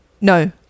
No